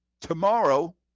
Tomorrow